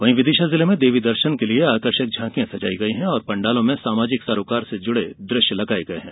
वहीं विदिशा जिले में देवी दर्शन के लिये आकर्षक झांकियां सजायी गयी है और पंडालों में सामाजिक सरोकार से जुड़े दृश्य लगाये गये हैं